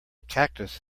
cactus